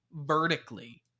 vertically